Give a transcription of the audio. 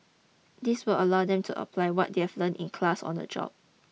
this will allow them to apply what they have learnt in class on the job